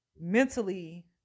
mentally